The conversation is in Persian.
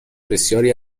بسیاری